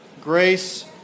grace